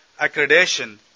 accreditation